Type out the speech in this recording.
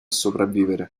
sopravvivere